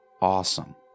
awesome